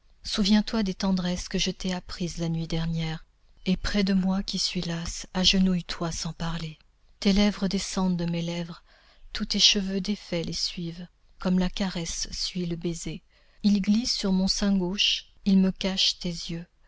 souviens-toi des tendresses que je t'ai apprises la nuit dernière et près de moi qui suis lasse agenouille toi sans parler tes lèvres descendent de mes lèvres tous tes cheveux défaits les suivent comme la caresse suit le baiser ils glissent sur mon sein gauche ils me cachent tes yeux